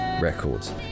records